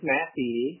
Matthew